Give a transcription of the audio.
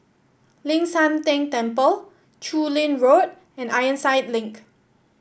Ling San Teng Temple Chu Lin Road and Ironside Link